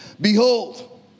behold